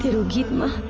forgiveness